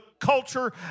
culture